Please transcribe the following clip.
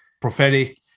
prophetic